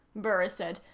burris said,